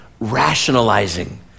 Rationalizing